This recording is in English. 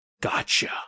Gotcha